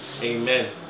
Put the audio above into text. Amen